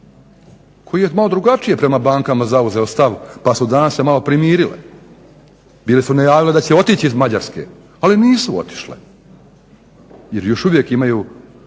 koji je malo drugačije prema bankama zauzeo stav, pa su danas malo se primirile. Bile su najavile da će otići iz Mađarske ali nisu otišle, jer još uvijek imaju